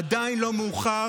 עדיין לא מאוחר.